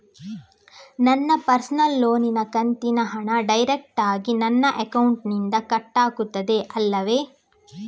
ನನ್ನ ಪರ್ಸನಲ್ ಲೋನಿನ ಕಂತಿನ ಹಣ ಡೈರೆಕ್ಟಾಗಿ ನನ್ನ ಅಕೌಂಟಿನಿಂದ ಕಟ್ಟಾಗುತ್ತದೆ ಅಲ್ಲವೆ?